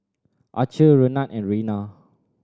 Archer Renard and Rena